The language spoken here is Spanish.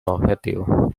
objetivo